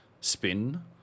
spin